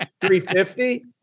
350